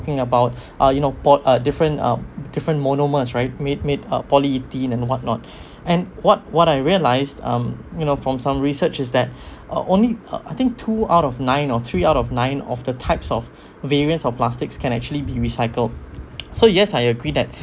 about uh you know pol~ a different a different monomers right made made polyethylene and what not and what what I realized um you know from some research is that only uh I think only two out of nine or three out of nine of the types of variants of plastics can actually be recycled so yes I agree that